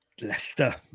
Leicester